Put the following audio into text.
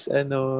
ano